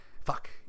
fuck